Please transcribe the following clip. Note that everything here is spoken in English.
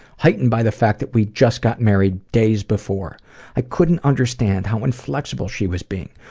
heightened by the fact that we just got married days before i couldn't understand how inflexible she was being,